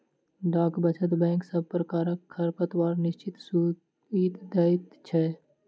डाक वचत बैंक सब प्रकारक खातापर निश्चित सूइद दैत छै